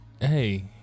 Hey